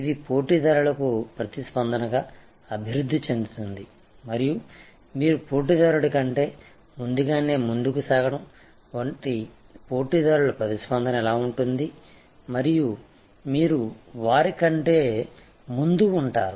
ఇది పోటీదారులకు ప్రతిస్పందనగా అభివృద్ధి చెందుతుంది మరియు మీరు పోటీదారుడి కంటే ముందుగానే ముందుకు సాగడం పోటీదారుల ప్రతిస్పందన ఎలా ఉంటుంది మరియు మీరు వారి కంటే ముందు ఉంటారు